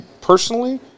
personally